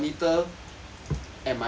at my own room